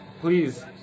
Please